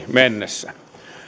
mennessä